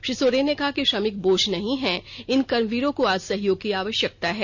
श्री सोरेन ने कहा कि श्रमिक बोझ नहीं हैं इन कर्मवीरों को आज सहयोग की आवष्यकता है